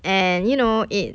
and you know it